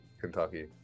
Kentucky